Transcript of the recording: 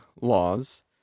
laws